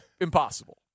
impossible